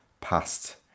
past